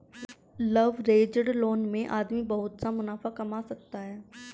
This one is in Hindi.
लवरेज्ड लोन में आदमी बहुत सा मुनाफा कमा सकता है